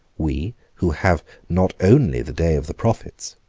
we, who have not only the day of the prophets,